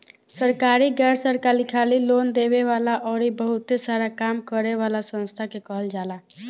सरकारी, गैर सरकारी, खाली लोन देवे वाला अउरी बहुते सारा काम करे वाला संस्था के कहल जाला